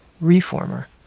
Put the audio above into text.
reformer